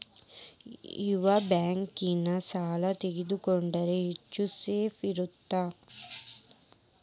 ಯಾವ ಬ್ಯಾಂಕಿನ ಸಾಲ ತಗೊಂಡ್ರೆ ಹೆಚ್ಚು ಸೇಫ್ ಇರುತ್ತಾ?